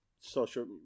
social